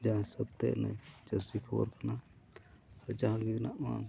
ᱡᱟᱦᱟᱸ ᱦᱤᱥᱟᱹᱵᱛᱮ ᱤᱱᱟᱹ ᱪᱟᱹᱥᱤ ᱠᱷᱚᱵᱚᱨ ᱠᱟᱱᱟ ᱡᱟᱦᱟᱸ ᱜᱮ